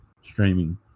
streaming